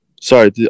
sorry